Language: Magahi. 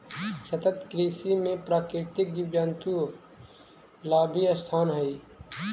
सतत कृषि में प्राकृतिक जीव जंतुओं ला भी स्थान हई